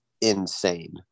insane